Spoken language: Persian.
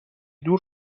دور